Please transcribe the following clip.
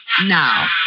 now